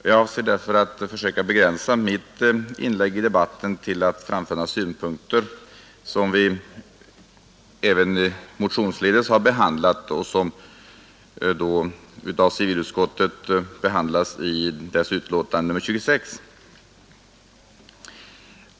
Jag avser därför att begränsa mitt inlägg i debatten till att framföra några synpunkter som vi även tagit upp i motioner som behandlas i utskottets betänkande nr 26.